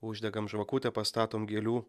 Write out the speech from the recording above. uždegam žvakutę pastatom gėlių